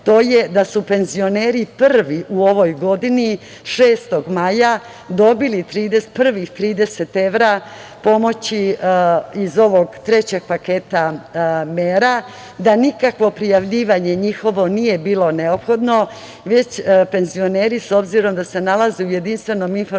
to je da su penzioneri prvi u ovoj godini 6. maja dobili prvih 30 evra pomoći iz ovog trećeg paketa mera, da nikakvo prijavljivanje njihovo nije bilo neophodno, već s obzirom da se penzioneri nalaze u Jedinstvenom informacionom